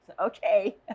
okay